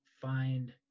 find